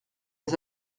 des